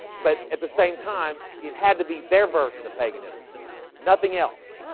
but at the same time it had to be their version of paganism nothing else.